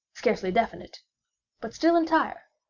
scarcely definite but still entire.